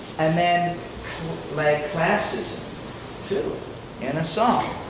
and then like classism too in a song.